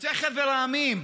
יוצא חבר המדינות,